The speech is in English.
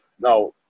Now